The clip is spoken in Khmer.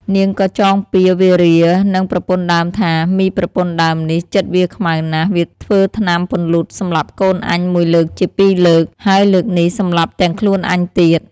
នាងក៏ចងពៀរវេរានឹងប្រពន្ធដើមថា "មីប្រពន្ធដើមនេះ ចិត្តវាខ្មៅណាស់ វាធ្វើថ្នាំពន្លូតសម្លាប់កូនអញមួយលើកជាពីរលើក ហើយលើកនេះ សម្លាប់ទាំងខ្លួនអញទៀត"។